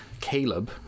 Caleb